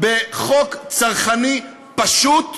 בחוק צרכני פשוט,